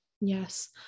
Yes